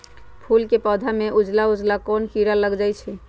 फूल के पौधा में उजला उजला कोन किरा लग जई छइ?